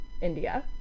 India